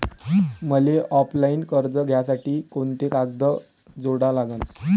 मले ऑफलाईन कर्ज घ्यासाठी कोंते कागद जोडा लागन?